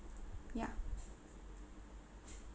ya